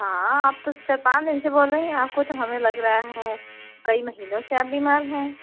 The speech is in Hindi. हाँ आप तो चार पाँच दिन से बोल रही हैं आपको तो हमें लग रहा है कई महीनों से आप बीमार हैं